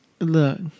Look